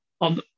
on